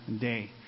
day